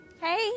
Hey